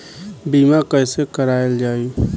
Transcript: बीमा कैसे कराएल जाइ?